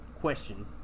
question